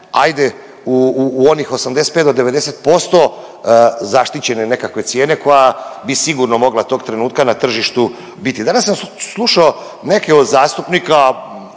ajde u onih 85 do 90% zaštićene nekakve cijene koja bi sigurno mogla tog trenutka na tržištu biti. Danas sam slušao neke od zastupnika,